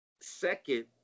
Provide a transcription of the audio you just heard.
second